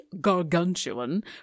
gargantuan